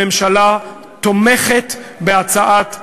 הממשלה תומכת בהצעת החוק.